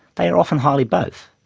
they are often highly both.